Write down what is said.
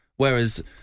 Whereas